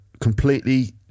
completely